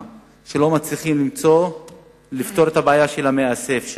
ולא מצליחים לפתור את הבעיה שם.